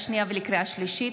לקריאה שנייה ולקריאה שלישית,